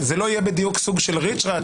זה לא יהיה בדיוק סוג של ריץ'-רץ',